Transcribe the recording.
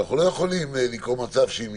אנחנו לא יכולים לגרום למצב שלא